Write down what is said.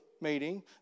meeting